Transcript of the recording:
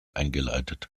eingeleitet